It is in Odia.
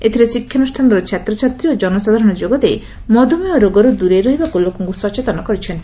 ଏଥିରେ ଶିକ୍ଷାନୁଷ୍ଠାନର ଛାତ୍ରଛାତ୍ରୀ ଓ ଜନସାଧାରଶ ଯୋଗଦେଇ ମଧୁମେହ ରୋଗରୁ ଦୂରେଇ ରହିବାକୁ ଲୋକଙ୍କୁ ସଚେତନ କରିଛନ୍ତି